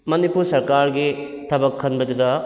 ꯃꯅꯤꯄꯨꯔ ꯁꯔꯀꯥꯔꯒꯤ ꯊꯕꯛ ꯈꯟꯕꯗꯨꯗ